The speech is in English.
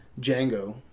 Django